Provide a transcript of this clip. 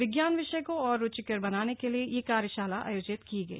विज्ञान विषय को और रुचिकर बनाने के लिए यह कार्यशाला आयोजित की गई